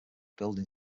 building